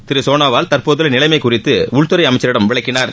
திரு சோனாவால் தற்போதுள்ள நிலைமை குறித்து உள்துறை அமைச்சரிடம் விளக்கினார்